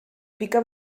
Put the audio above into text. pica